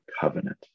covenant